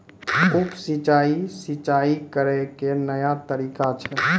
उप सिंचाई, सिंचाई करै के नया तरीका छै